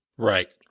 Right